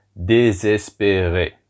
désespéré